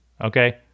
Okay